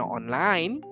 online